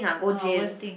ah worst thing